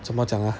怎么讲啊